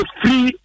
free